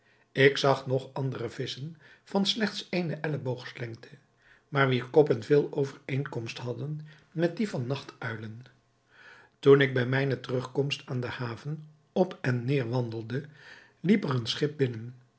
ik zag nog andere visschen van slechts eene elleboogslengte maar wier koppen veel overeenkomst hadden met die van nachtuilen toen ik bij mijne terugkomst aan de haven op en neêr wandelde liep er een schip binnen